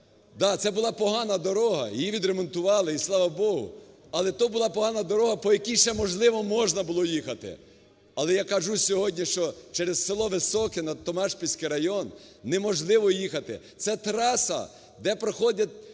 Да, це була погана дорога, її відремонтували і, слава Богу, але то була погана дорога, по якій ще, можливо, можна було їхати. Але я кажу сьогодні, що через село Високе на Томашпільський район неможливо їхати, це траса, де проходять